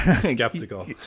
Skeptical